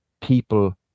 people